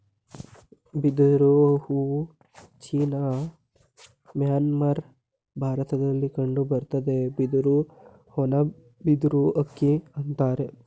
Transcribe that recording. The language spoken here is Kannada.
ಬಿದಿರು ಹೂ ಚೀನಾ ಮ್ಯಾನ್ಮಾರ್ ಭಾರತದಲ್ಲಿ ಕಂಡುಬರ್ತದೆ ಬಿದಿರು ಹೂನ ಬಿದಿರು ಅಕ್ಕಿ ಅಂತರೆ